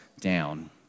down